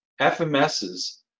FMS's